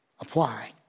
apply